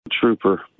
trooper